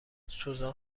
سوزان